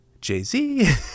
jay-z